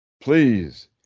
Please